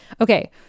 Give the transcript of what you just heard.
Okay